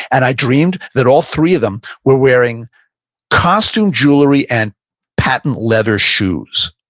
and i dreamed that all three of them were wearing costume jewelry and patent leather shoes